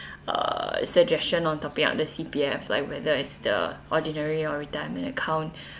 uh suggestion on topping up the C_P_F life whether it's the ordinary or retirement account